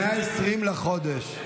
מ-20 לחודש,